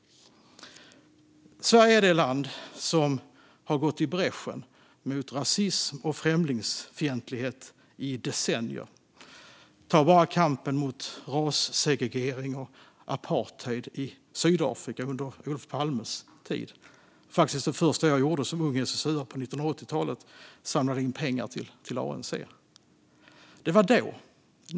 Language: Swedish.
Sverige är det land som har gått i bräschen mot rasism och främlingsfientlighet i decennier. Ta bara kampen mot rassegregering och apartheid i Sydafrika under Olof Palmes tid! Det första jag gjorde som ung SSU:are på 1980-talet var att samla in pengar till ANC. Men det var då.